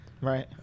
Right